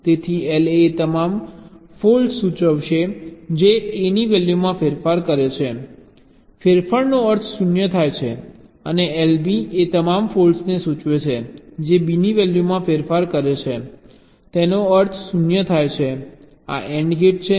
તેથી LA એ તમામ ફોલ્ટ્સ સૂચવશે જે A ની વેલ્યુમાં ફેરફાર કરે છે ફેરફારનો અર્થ 0 થાય છે અને LB એ તમામ ફોલ્ટ્સને સૂચવશે જે B ની વેલ્યુમાં ફેરફાર કરે છે તેનો અર્થ 0 થાય છે આ AND ગેટ છે